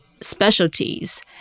specialties